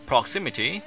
Proximity